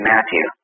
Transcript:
Matthew